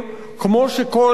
כמו שכל אחד